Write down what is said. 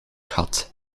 gat